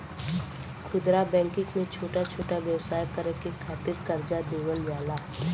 खुदरा बैंकिंग में छोटा छोटा व्यवसाय करे के खातिर करजा देवल जाला